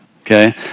okay